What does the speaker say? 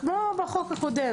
כמו בדיון הקודם